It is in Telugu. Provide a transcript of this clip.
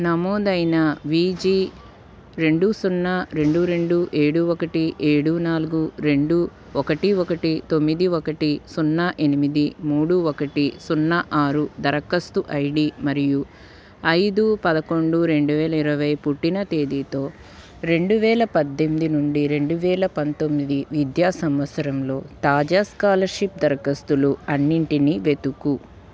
నమోదైన వీజీ రెండు సున్నా రెండు రెండు ఏడు ఒకటి ఏడు నాలుగు రెండు ఒకటి ఒకటి తొమ్మిది ఒకటి సున్నా ఎనిమిది మూడు ఒకటి సున్నా ఆరు దరఖాస్తు ఐడి మరియు ఐదు పదకొండు రెండు వేల ఇరవై పుట్టిన తేదీతో రెండు వేల పద్దెనిమిది నుండి రెండు వేల పంతొమ్మిది విద్యా సంవత్సరంలో తాజా స్కాలర్షిప్ దరఖాస్తులు అన్నింటినీ వెతుకు